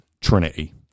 trinity